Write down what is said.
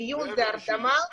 מיון והרדמה.